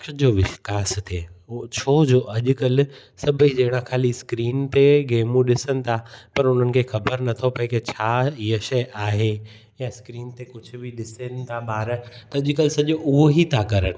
मस्तिष्क जो विकास थिए हो छो जो अॼुकल्ह सभई जहिड़ा ख़ाली स्क्रीन ते गेमूं ॾिसनि था पर उन्हनि खे ख़बरु नथो पए की छा हीअ शइ आहे या स्क्रीन ते कुझु बि ॾिसनि था ॿार त अॼुकल्ह सॼो उहो ई था करनि